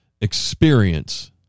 experience